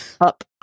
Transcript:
up